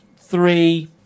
three